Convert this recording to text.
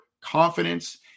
confidence